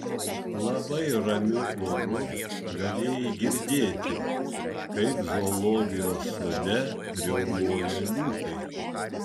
labai ramiu oru galėjai girdėti kaip zoologijos sode riaumoja liūtai